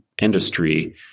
industry